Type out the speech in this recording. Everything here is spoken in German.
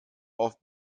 auf